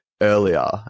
earlier